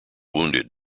wounded